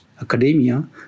academia